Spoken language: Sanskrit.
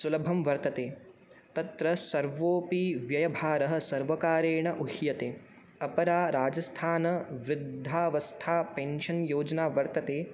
सुलभं वर्तते तत्र सर्वोऽपि व्ययभारः सर्वकारेण उह्यते अपरा राजस्थानवृद्धावस्थापेन्शन्योजना वर्तते